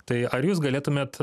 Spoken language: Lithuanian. tai ar jūs galėtumėt